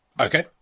Okay